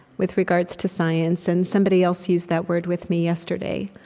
with regards to science. and somebody else used that word with me yesterday,